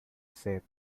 said